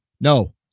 No